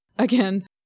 Again